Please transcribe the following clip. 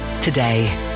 today